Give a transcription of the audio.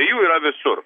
tai jų yra visur